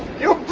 yo